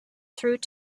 through